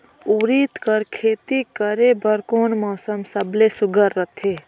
उरीद कर खेती करे बर कोन मौसम सबले सुघ्घर रहथे?